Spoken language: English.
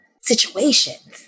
situations